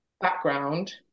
background